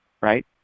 right